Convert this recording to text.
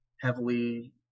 heavily